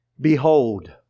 Behold